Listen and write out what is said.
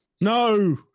No